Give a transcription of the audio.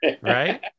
Right